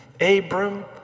Abram